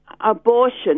abortion